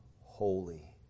holy